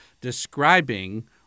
describing